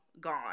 gone